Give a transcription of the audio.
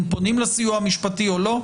אם פונים לסיוע המשפטי או לא?